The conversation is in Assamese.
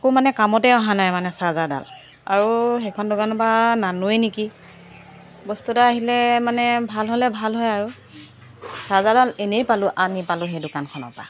একো মানে কামতেই অহা নাই মানে চাৰ্জাৰডাল আৰু সেইখন দোকানৰ পৰা নানোৱেই নেকি বস্তু এটা আহিলে মানে ভাল হ'লে ভাল হয় আৰু চাৰ্জাৰডাল এনেই পালোঁ আনি পালোঁ সেই দোকানখনৰ পৰা